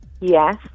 Yes